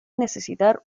necesitar